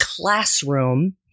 classroom